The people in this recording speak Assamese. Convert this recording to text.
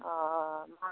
অঁ মই